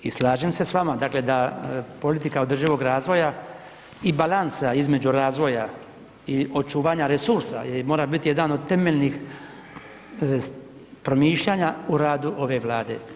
I slažem se s vama, dakle, da politika održivog razvoja i balansa između razvoja i očuvanja resursa i mora biti jedan od temeljnih promišljanja u radu ove Vlade.